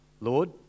Lord